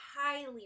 highly